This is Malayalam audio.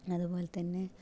അതുപോലെത്തന്നെ